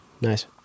nice